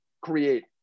create